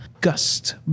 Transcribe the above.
gust